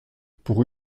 pour